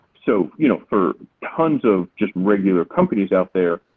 so you know for tons of just regular companies out there,